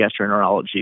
gastroenterology